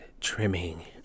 trimming